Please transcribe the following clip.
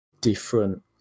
different